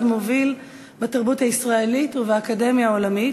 מוביל בתרבות הישראלית ובאקדמיה העולמית,